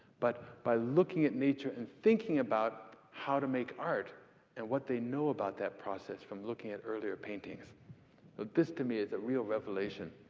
but by looking at nature and thinking about how to make art and what they know about that process from looking at earlier paintings. so ah this, to me, is a real revelation.